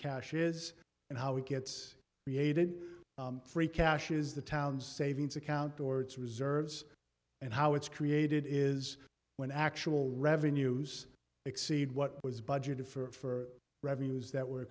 cash is and how it gets created free cash is the town's savings account or its reserves and how it's created is when actual revenues exceed what was budgeted for revenues that were